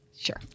Sure